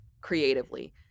creatively